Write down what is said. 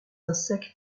insectes